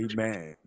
Amen